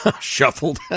Shuffled